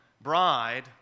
bride